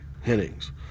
Hennings